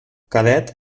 cadet